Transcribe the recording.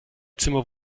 zimmer